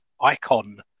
icon